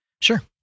Sure